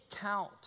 count